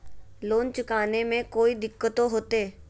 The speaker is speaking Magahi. लोन चुकाने में कोई दिक्कतों होते?